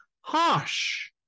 harsh